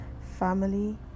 family